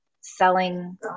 selling